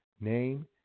name